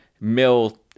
mill